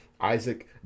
Isaac